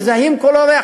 מזהים כל אורח,